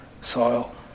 soil